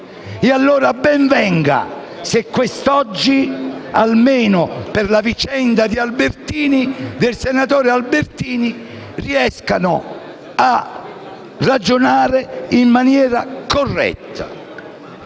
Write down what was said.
venga, quindi, se quest'oggi, almeno per la vicenda del senatore Albertini, si riesce a ragionare in maniera corretta.